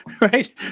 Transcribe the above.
right